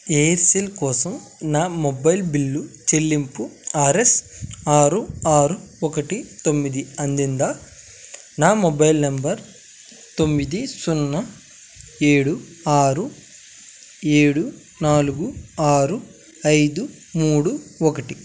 Aircel కోసం నా mobile bill చెల్లింపు ఆర్ఎస్ ఆరు ఆరు ఒకటి తొమ్మిది అందిందా నా మొబైల్ నెంబర్ తొమ్మిది సున్నా ఏడు ఆరు ఏడు నాలుగు ఆరు ఐదు మూడు ఒకటి